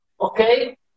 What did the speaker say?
Okay